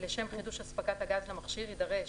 לשם חידוש הספקת הגז למכשיר יידרש,